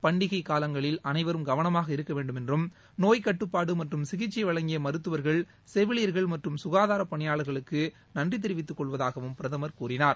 பண்டிகை காலங்களில் அனைவரும் கவனமாக இருக்கவேண்டும் என்றும் நோய்க் கட்டுப்பாடு மற்றும் சிகிச்சை வழங்கிய மருத்துவர்கள் செவிலியர்கள் மற்றும் குகாதார பணியாளர்களுக்கு நன்றி தெரிவித்துக் கெள்ளவதாகவும் பிரதமர் கூறினார்